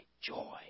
joy